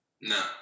No